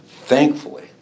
thankfully